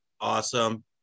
Awesome